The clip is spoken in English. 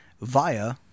via